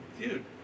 dude